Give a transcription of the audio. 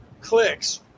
clicks